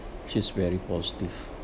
she's very positive